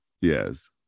yes